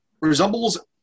resembles